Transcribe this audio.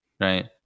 Right